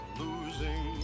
losing